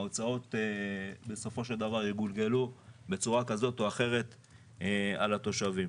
ההוצאות יגולגלו בסופו של דבר בצורה כזאת או אחרת על התושבים.